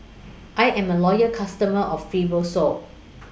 I Am A Loyal customer of Fibrosol